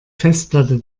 festplatte